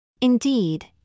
Indeed